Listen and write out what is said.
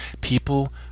people